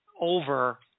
over